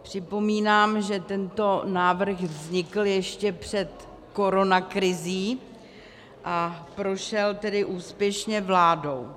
Připomínám, že tento návrh vznikl ještě před koronakrizí, a prošel tedy úspěšně vládou.